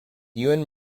ewan